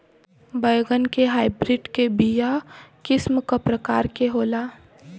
बैगन के हाइब्रिड के बीया किस्म क प्रकार के होला?